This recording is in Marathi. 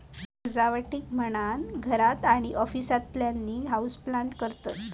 सजावटीक म्हणान घरात आणि ऑफिसातल्यानी हाऊसप्लांट करतत